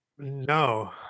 No